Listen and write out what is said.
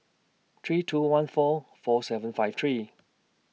three two one four four seven five three